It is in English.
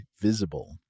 Visible